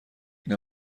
این